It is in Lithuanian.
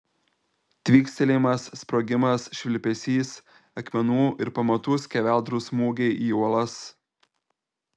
tvykstelėjimas sprogimas švilpesys akmenų ir pamatų skeveldrų smūgiai į uolas